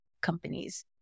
companies